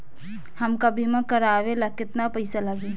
हमका बीमा करावे ला केतना पईसा लागी?